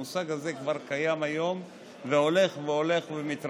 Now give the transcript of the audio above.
המושג הזה כבר קיים היום והולך ומתרחב,